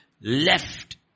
left